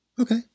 Okay